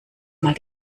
mal